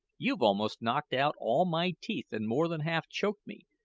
you've almost knocked out all my teeth and more than half-choked me,